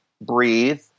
breathe